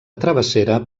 travessera